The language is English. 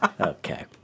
Okay